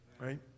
right